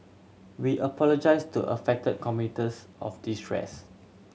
we apologize to affected commuters of distress